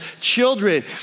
children